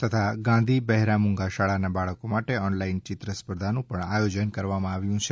તથા ગાંધી બહેરા મુંગા શાળાના બાળકો માટે ઓનલાઈન ચિત્ર સ્પર્ધાનું આયોજન કરવામાં આવ્યું છે